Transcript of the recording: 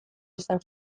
izan